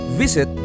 visit